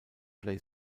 play